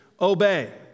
obey